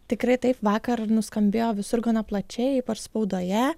tikrai taip vakar nuskambėjo visur gana plačiai spaudoje